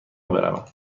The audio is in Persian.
بروم